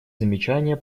замечания